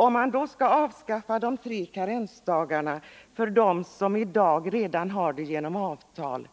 Om man skall avskaffa de tre karensdagarna för dem som i dag redan har sådana genom avtal.